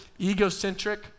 egocentric